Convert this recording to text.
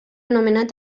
nomenat